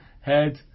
Head